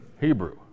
Hebrew